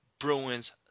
Bruins